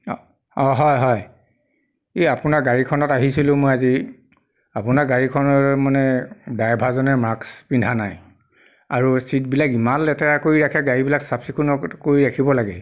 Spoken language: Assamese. অঁ হয় হয় এই আপোনাৰ গাড়ীখনত আহিছিলোঁ মই আজি আপোনাৰ গাড়ীখনত মানে ড্ৰাইভাৰজনে মাক্স পিন্ধা নাই আৰু চিটবিলাক ইমান লেতেৰা কৰি ৰাখে গাড়ীবিলাক চাফ চিকুণ কৰি ৰাখিব লাগে